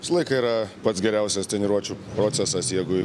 visąlaiką yra pats geriausias treniruočių procesas jeigu